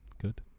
Good